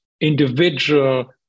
individual